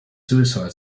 suicide